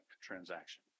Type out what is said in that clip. transaction